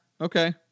okay